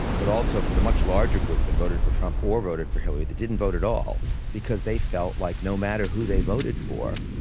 but also for the much larger group that voted for trump or voted for hillary, they didn't vote at all because they felt like no matter who they voted for,